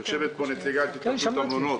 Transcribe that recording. יושבת כאן נציגת התאחדות המלונות.